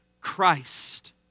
Christ